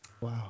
wow